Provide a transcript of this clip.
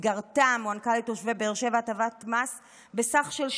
הוענקה לתושבי באר שבע הטבת מס בסך 12%,